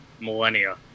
millennia